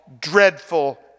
dreadful